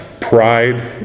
pride